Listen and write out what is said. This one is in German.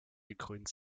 gekrönt